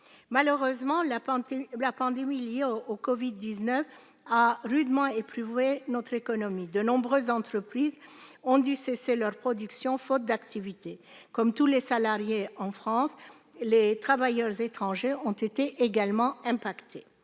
Malheureusement, la pandémie liée au Covid-19 a rudement éprouvé notre économie. De nombreuses entreprises ont dû cesser leur production, faute d'activité. Comme tous les salariés en France, les travailleurs étrangers ont également été impactés.